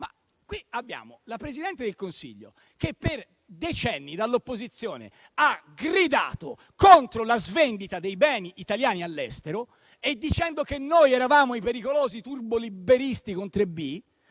Ma qui abbiamo la Presidente del Consiglio che, per decenni, dall'opposizione ha gridato contro la svendita dei beni italiani all'estero, dicendo che noi eravamo i pericolosi turbo liberisti con 3 b